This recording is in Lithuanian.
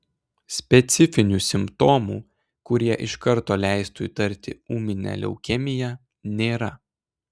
specifinių simptomų kurie iš karto leistų įtarti ūminę leukemiją nėra